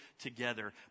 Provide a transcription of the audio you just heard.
together